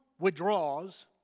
withdraws